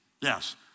yes